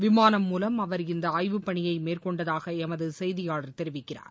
விமானம் மூலம் அவர் இந்த ஆய்வுப் பணியை மேற்கொண்டதாக எமது செய்தியாளர் தெரிவிக்கிறார்